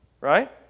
Right